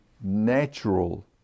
natural